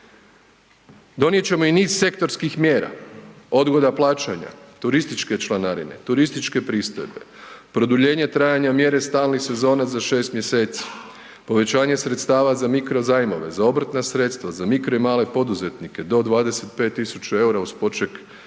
Donijet ćemo i niz sektorskih mjera odgoda plaćanja turističke članarine, turističke pristojbe, produljenje trajanja mjere stalnih sezona za 6 mjeseci, povećanje sredstava za mikro zajmove, za obrtna sredstva, za mikro i male poduzetnike do 25.000 eura uz poček 12 mjeseci,